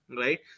right